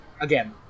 Again